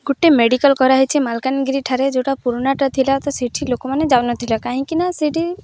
ଗୋଟେ ମେଡ଼ିକାଲ୍ କରାହେଇଛି ମାଲକାନଗିରି ଠାରେ ଯେଉଁଟା ପୁରୁଣାଟା ଥିଲା ତ ସେଠି ଲୋକମାନେ ଯାଉନଥିଲା କାହିଁକିନା ସେଠି